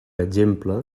exemple